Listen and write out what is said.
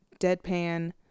deadpan